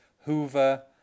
Hoover